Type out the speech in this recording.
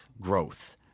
growth